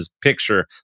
picture